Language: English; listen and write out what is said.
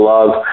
Love